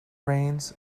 rains